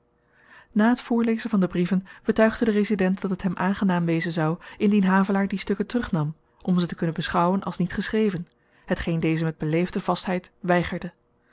na t voorlezen van de brieven betuigde de resident dat het hem aangenaam wezen zou indien havelaar die stukken terugnam om ze te kunnen beschouwen als niet geschreven hetgeen deze met beleefde vastheid weigerde